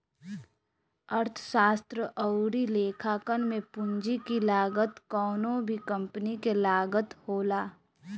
अर्थशास्त्र अउरी लेखांकन में पूंजी की लागत कवनो भी कंपनी के लागत होला